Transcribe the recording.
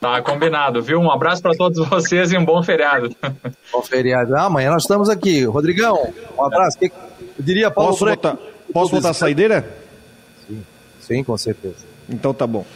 Tá combinado, viu? Um abraço pra todos vocês e um bom feriado. Bom feriado. Ah, amanhã nós estamos aqui. Rodrigão, um abraço. Que- eu diria, Paulo Posso Franco. botar- posso botar a saideira? Sim, sim, com certeza. Então tá bom.